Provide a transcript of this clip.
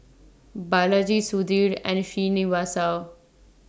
Balaji Sudhir and Srinivasa